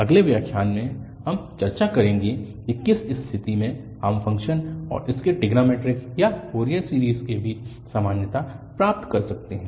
अगले व्याख्यान में हम चर्चा करेंगे कि किस स्थिति में हम फ़ंक्शन और उसके ट्रिग्नोंमैट्रिक या फ़ोरियर सीरीज़ के बीच समानता प्राप्त कर सकते हैं